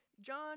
John